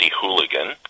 Hooligan